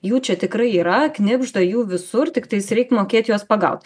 jų čia tikrai yra knibžda jų visur tik tais reik mokėt juos pagaut